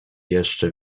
jeszcze